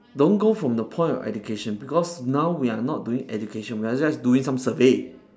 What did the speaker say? don't go from the point of education because now we are not doing education we are just doing some survey